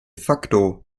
facto